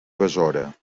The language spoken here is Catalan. besora